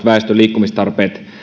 väestön liikkumistarpeet